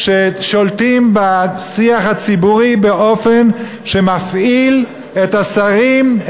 שולטים בשיח הציבורי באופן שמפעיל את השרים,